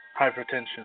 Hypertension